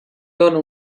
dóna